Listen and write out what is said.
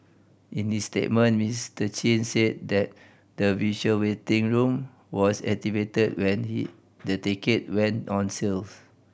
in his statement Mister Chin said that the virtual waiting room was activated when he the ticket went on sale